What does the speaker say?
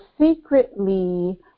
secretly